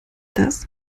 das